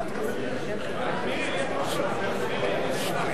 ובכן,